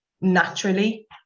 naturally